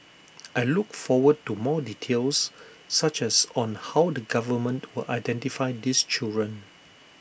I look forward to more details such as on how the government will identify these children